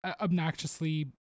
obnoxiously